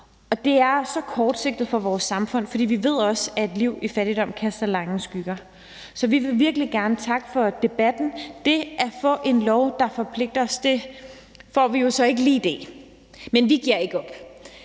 og det er så kortsigtet for vores samfund, fordi vi også ved, at et liv i fattigdom kaster lange skygger. Så vi vil virkelig gerne takke for debatten. Det at få en lov, der forpligter os, får vi så ikke lige i dag. Men vi giver ikke op!